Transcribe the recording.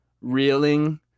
reeling